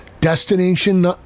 destination